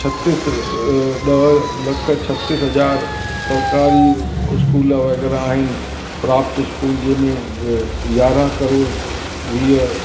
छत्तीस ॾह लख छत्तीस हज़ार सरकारी इस्कूल वग़ैरह आहिनि प्राप्त इस्कूल जंहिं में यारहां करोड़स वीह